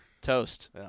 Toast